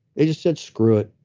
they just said, screw it,